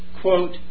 quote